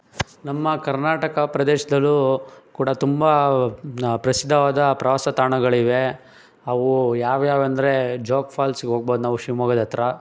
ನಮ್ಮ ಕರ್ನಾಟಕ ಪ್ರದೇಶದಲ್ಲೂ ಕೂಡ ತುಂಬ ಪ್ರಸಿದ್ದವಾದ ಪ್ರವಾಸ ತಾಣಗಳಿವೆ ಅವು ಯಾವ್ಯಾವು ಅಂದರೆ ಜೋಗ್ ಫಾಲ್ಸಿಗೆ ಹೋಗ್ಬೋದ್ ನಾವು ಶಿವ್ಮೊಗ್ಗದ ಹತ್ರ